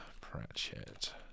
Pratchett